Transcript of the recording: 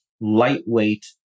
lightweight